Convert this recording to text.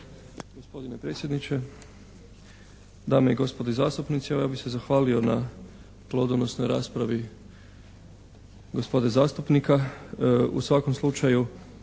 Hvala.